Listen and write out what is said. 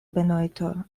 benojto